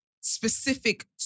specific